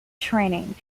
training